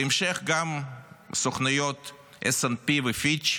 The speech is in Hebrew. בהמשך, גם סוכנויות S&P ופיץ'